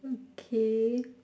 okay